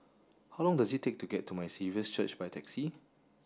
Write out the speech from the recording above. how long does it take to get to My Saviour's Church by taxi